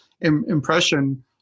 impression